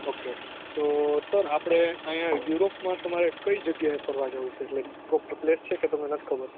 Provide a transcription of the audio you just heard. okay તો sir આપણે અહિયાં યૂરોપ માં તમારે કઈ જગ્યા એ ફરવા જવું છે એટલે કે કંપ્લીટ છે કે તમને નથ ખબર